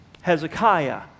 Hezekiah